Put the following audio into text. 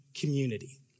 Community